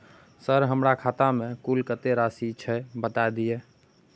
Sir हमरा खाता में कुल कत्ते राशि छै बता दिय?